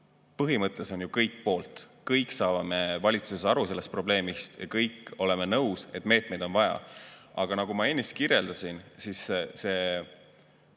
Põhimõtteliselt on ju kõik poolt. Kõik me saame valitsuses sellest probleemist aru ja kõik oleme nõus, et meetmeid on vaja. Aga nagu ma ennist kirjeldasin, see